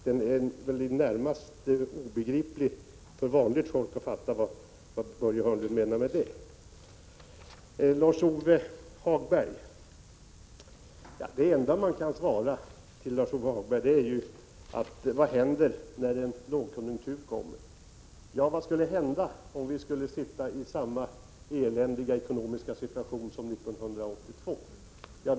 Det är närmast obegripligt för vanligt folk att förstå vad Börje Hörnlund menar med det. Lars-Ove Hagberg frågar vad som händer om det blir lågkonjunktur. Ja, vad skulle hända om vi hamnade i samma eländiga ekonomiska situation som 1982?